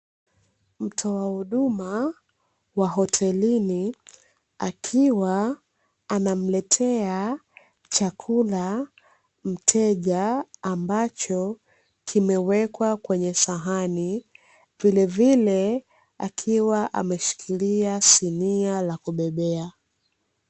Mtoa huduma wa hotelini akiwa anamletea chakula mteja ambacho kimewekwa kwenye sahani, vilevile akiwa ameshikila sinia la kubebea.